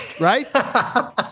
Right